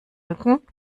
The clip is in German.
mücken